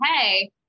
hey